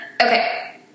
Okay